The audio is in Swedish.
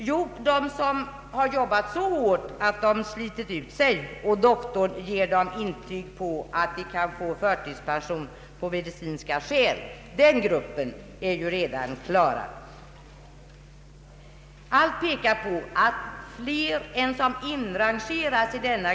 Jo, de som jobbat så hårt att de slitit ut sig och har intyg från doktorn på att de kan få förtidspension av medicinska skäl är ju redan klara. Allt pekar emellertid på att fler människor än de som inrangeras i denna Ang.